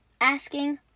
asking